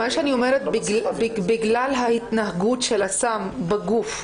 מה שאני אומרת הוא שבגלל ההתנהגות של הסם בגוף,